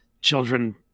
children